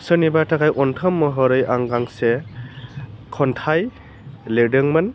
सोरनिबा थाखाय अन्थाव महरै आं गांसे खन्थाइ लिरदोंमोन